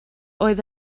oedd